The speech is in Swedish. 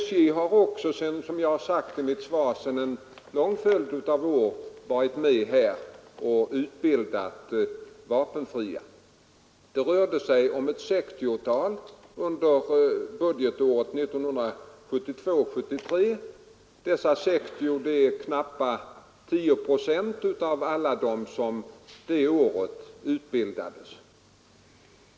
SJ har också, som jag sagt i mitt svar, under en lång följd av år varit med och utbildat vapenfria. Det rörde sig om ett 60-tal under budgetåret 1972/73; dessa 60 är knappt 10 procent av alla som under det året utbildades.